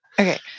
Okay